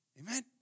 Amen